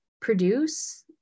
produce